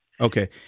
okay